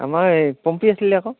আমাৰ এই পম্পী আছিলে আকৌ